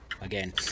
again